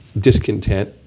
discontent